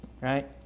right